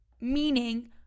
meaning